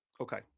Okay